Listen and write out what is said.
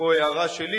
פה זו הערה שלי,